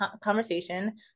conversation